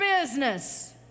business